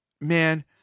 Man